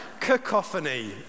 Cacophony